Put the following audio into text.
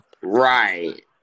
Right